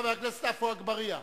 חבר הכנסת עפו אגבאריה.